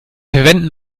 verwenden